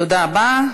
תודה רבה.